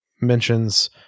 mentions